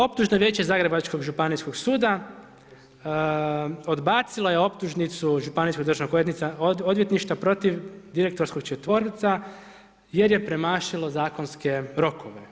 Optužno vijeće Zagrebačkog županijskog suda, odbacilo je optužnicu Županijskog državnog odvjetništva protiv direktorskog četverca, jer je premašilo zakonske rokove.